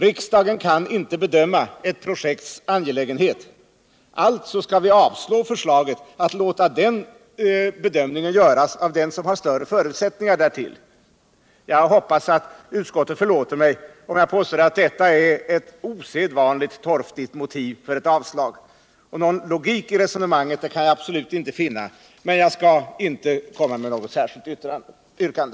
Riksdagen kan inte bedöma ett projekts angelägenhet — alltså skall vi avslå förslaget att låta den bedömningen göras av den som har större förutsättningar därtill. Jag hoppas att utskottet förlåter mig om jag påstår att detta är ett osedvanligt torftigt motiv för ett avslag. Någon logik i resonemanget kan jag absolut inte finna, men jag skall inte ställa något särskilt yrkande.